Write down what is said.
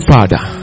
Father